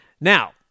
Now